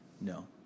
No